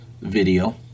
video